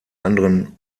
anderen